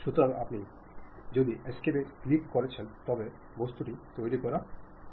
সুতরাং আপনি যদি এস্কেপ এ ক্লিক করছেন তবে বস্তুটি তৈ রি করা হয়ে যাবে